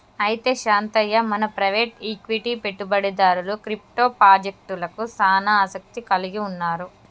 అయితే శాంతయ్య మన private equity పెట్టుబడిదారులు క్రిప్టో పాజెక్టలకు సానా ఆసత్తి కలిగి ఉన్నారు